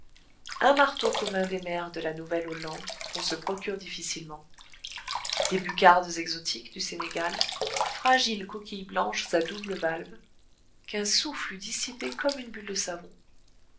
un marteau commun des mers de la nouvelle-hollande qu'on se procure difficilement des buccardes exotiques du sénégal fragiles coquilles blanches à doubles valves qu'un souffle eût dissipées comme une bulle de savon